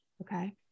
Okay